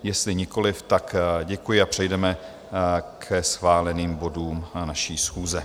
Jestli nikoliv, děkuji a přejdeme ke schváleným bodům naší schůze.